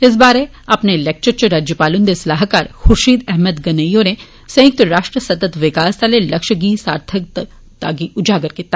इस बारै अपने लैक्चर इच राज्यपाल हन्दे सलाहकार ख्शिद अहमद गनेई होरें संय्क्त राश्ट्र सतत विकास आले लक्श्यें दी सार्थकता गी अजागर कीता